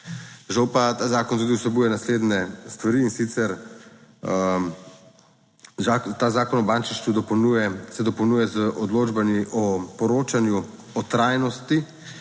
Žal pa ta zakon tudi vsebuje naslednje stvari. In sicer ta Zakon o bančništvu se dopolnjuje z odločbami o poročanju o trajnosti,